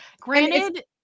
Granted